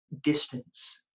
distance